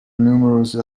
numerous